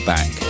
Back